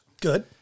Good